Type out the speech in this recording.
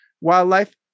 wildlife